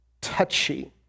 touchy